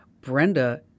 Brenda